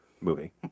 movie